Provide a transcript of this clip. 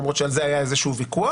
למרות שעל זה היה איזשהו ויכוח,